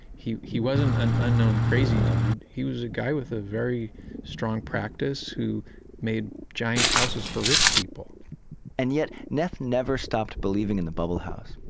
he he wasn't an unknown crazy dude. he was a guy with a very strong practice who made giant houses for rich people and yet, neff never stopped believing in the bubble house.